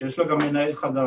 שיש לה גם מנהל חדש,